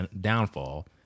downfall